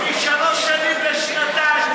משלוש שנים לשנתיים.